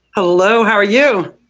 hello. how are you?